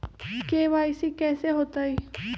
KYC कैसे होतई?